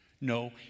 No